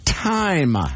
Time